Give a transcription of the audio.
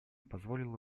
позволило